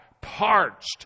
Parched